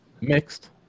Mixed